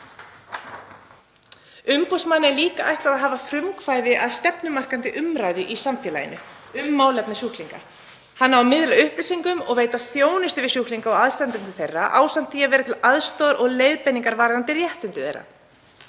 Umboðsmanni er líka ætlað að hafa frumkvæði að stefnumarkandi umræðu í samfélaginu um málefni sjúklinga. Hann á að miðla upplýsingum og veita þjónustu við sjúklinga og aðstandendur þeirra ásamt því að vera til aðstoðar og leiðbeiningar varðandi réttindi þeirra.